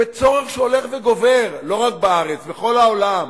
בצורך שהולך וגובר, לא רק בארץ בכל העולם,